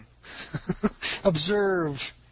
Observe